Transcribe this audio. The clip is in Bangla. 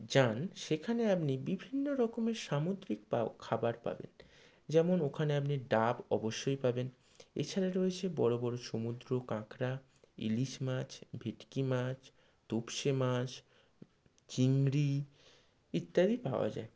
যান সেখানে আপনি বিভিন্ন রকমের সামুদ্রিক পা খাবার পাবেন যেমন ওখানে আপনি ডাব অবশ্যই পাবেন এছাড়া রয়েছে বড়ো বড়ো সমুদ্র কাঁকড়া ইলিশ মাছ ভেটকি মাছ তোপসে মাছ চিংড়ি ইত্যাদি পাওয়া যায়